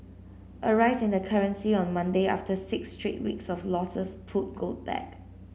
a rise in the currency on Monday after six straight weeks of losses pulled gold back